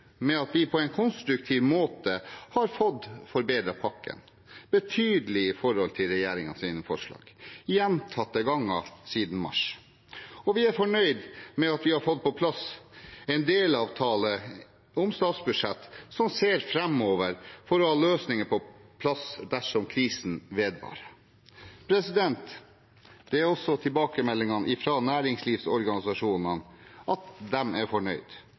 med at vi på en konstruktiv måte gjentatte ganger siden mars har fått forbedret pakken betydelig i forhold til regjeringens forslag, og vi er fornøyd med at vi har fått på plass en delavtale om statsbudsjett som ser framover, for å ha løsninger på plass dersom krisen vedvarer. Tilbakemeldingene fra næringslivsorganisasjonene er også at de er fornøyde. De ønsker løsninger som er